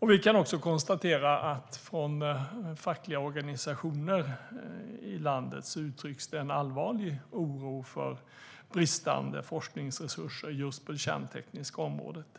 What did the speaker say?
Vi kan också konstatera att från fackliga organisationer i landet uttrycks det en allvarlig oro för bristande forskningsresurser just på det kärntekniska området.